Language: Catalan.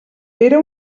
era